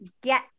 get